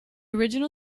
original